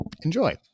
enjoy